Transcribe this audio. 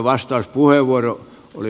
kiitos puhemies